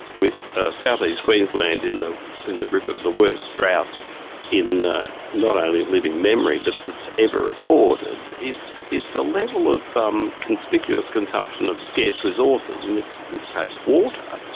with south-east queensland in the in the grip of the worst drought in ah not only living memory but that's ever recorded it's a level of um conspicuous consumption of scarce resources, in this case water,